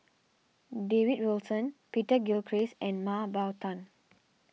David Wilson Peter Gilchrist and Mah Bow Tan